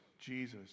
Jesus